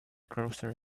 grocery